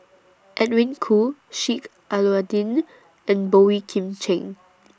Edwin Koo Sheik Alau'ddin and Boey Kim Cheng